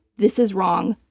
this is wrong.